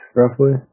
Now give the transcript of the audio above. roughly